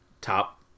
top